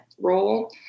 role